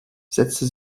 setzte